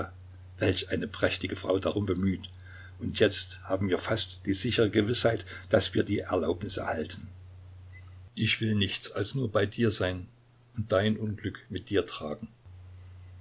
welch eine prächtige frau darum bemüht und jetzt haben wir fast die sichere gewißheit daß wir die erlaubnis erhalten ich will nichts als nur bei dir sein und dein unglück mit dir tragen